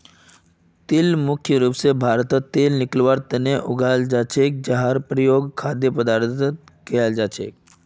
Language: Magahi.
तिल भारतत मुख्य रूप स तेल निकलवार तना उगाल जा छेक जहार प्रयोग खाद्य पदार्थक बनवार तना कराल जा छेक